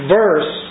verse